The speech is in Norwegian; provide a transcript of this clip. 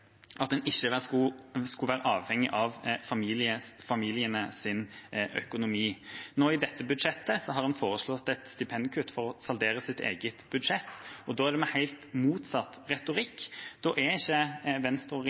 at en ikke skulle være avhengig av familiens økonomi. I dette budsjettet har man foreslått et stipendkutt for å saldere eget budsjett, og da er det med helt motsatt retorikk. Da er ikke Venstre